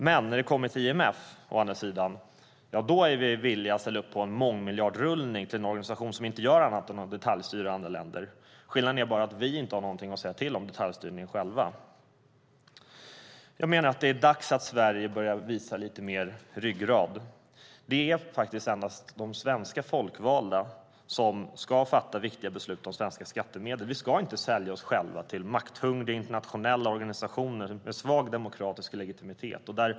Men när det kommer till IMF är vi villiga att ställa upp på en mångmiljardrullning in i en organisation som inte gör annat än detaljstyr andra länder. Skillnaden är bara att vi själva inte har någonting att säga till om detaljstyrningen. Det är dags att Sverige börjar visa lite mer ryggrad. Det är endast de svenska folkvalda som ska fatta viktiga beslut om svenska skattemedel. Vi ska inte sälja oss själva till makthungriga internationella organisationer med svag demokratisk legitimitet.